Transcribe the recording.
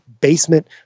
basement